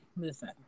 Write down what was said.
listen